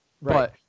Right